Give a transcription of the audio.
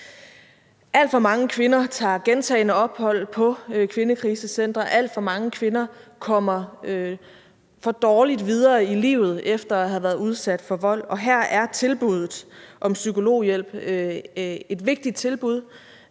Alt for mange kvinder tager gentagne ophold på kvindekrisecentre, og alt for mange kvinder kommer for dårligt videre i livet efter at have været udsat for vold, og her er tilbuddet om psykologhjælp et vigtigt tilbud.